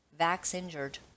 vax-injured